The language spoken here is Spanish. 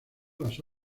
las